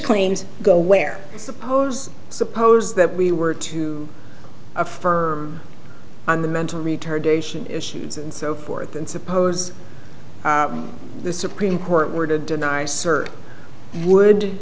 claims go where suppose suppose that we were to affirm on the mental retardation issues and so forth and suppose the supreme court were to deny sir would